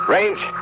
Range